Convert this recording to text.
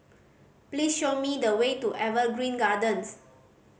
please show me the way to Evergreen Gardens